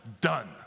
done